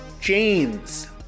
James